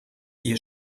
ihr